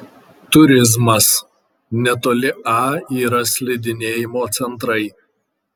turizmas netoli a yra slidinėjimo centrai